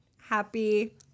Happy